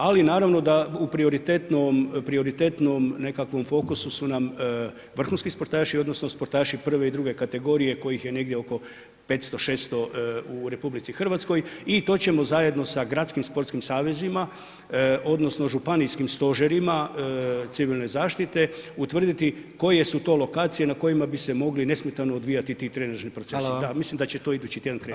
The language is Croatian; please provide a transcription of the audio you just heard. Ali naravno da u prioritetnom nekakvom fokusu su nam vrhunski sportaši odnosno sportaši prvi i druge kategorije kojih je negdje oko 500, 600 u RH i to ćemo zajedno sa gradskim sportskim savezima odnosno županijskim stožerima civilne zaštite utvrditi koje su to lokacije na kojima bi se mogli nesmetano odvijati ti trenižni procesi, a mislim da će to idući tjedan krenuti.